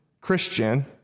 christian